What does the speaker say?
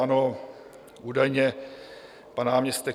Ano, údajně pan náměstek